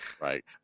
Right